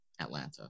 Atlanta